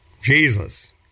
Jesus